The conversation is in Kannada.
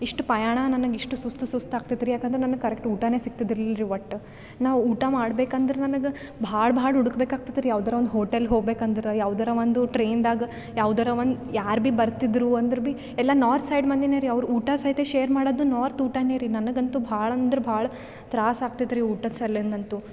ಇಷ್ಟು ಪ್ರಯಾಣ ನನಗೆ ಇಷ್ಟು ಸುಸ್ತು ಸುಸ್ತು ಆಗ್ತಿತ್ತು ರೀ ಯಾಕಂದ್ರೆ ನನಗೆ ಕರೆಕ್ಟ್ ಊಟ ಸಿಗ್ತಿದಿರ್ಲಿಲ್ಲ ರೀ ಒಟ್ಟು ನಾವು ಊಟ ಮಾಡ್ಬೇಕಂದ್ರೆ ನನ್ಗೆ ಭಾಳ ಭಾಳ ಹುಡ್ಕ್ ಬೇಕಾಗ್ತಿತ್ ರೀ ಯಾವುದರ ಒಂದು ಹೋಟೆಲ್ ಹೋಗ್ಬೇಕಂದ್ರೆ ಯಾವುದರ ಒಂದು ಟ್ರೈನ್ದಾಗ ಯಾವುದರ ಒಂದು ಯಾರು ಬಿ ಬರ್ತಿದ್ರು ಅಂದ್ರ ಬಿ ಎಲ್ಲ ನಾರ್ತ್ ಸೈಡ್ ಮಂದಿನೇ ರೀ ಅವ್ರ ಊಟ ಸಹಿತ ಶೇರ್ ಮಾಡೋದು ನಾರ್ತ್ ಊಟ ರೀ ನನಗಂತು ಭಾಳ ಅಂದ್ರೆ ಭಾಳ ತ್ರಾಸ ಆಗ್ತೈತ ರೀ ಊಟದ ಸಲಿಂದ ಅಂತು